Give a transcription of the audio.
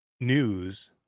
news